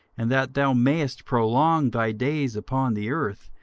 and that thou mayest prolong thy days upon the earth,